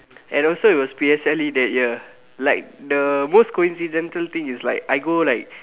and also it was P_S_L_E that year like the most coincidental things is that I go like